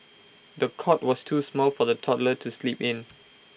the cot was too small for the toddler to sleep in